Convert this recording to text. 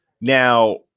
Now